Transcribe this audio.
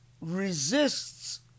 resists